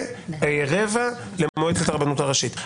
ורבע למועצת הרבנות הראשית.